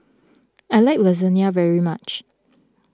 I like Lasagne very much